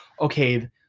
okay